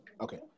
Okay